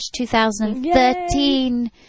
2013